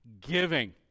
giving